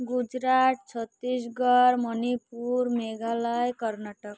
Gujarat Chhattisgarh Manipur Meghalaya କର୍ଣ୍ଣାଟକସତର